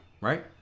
Right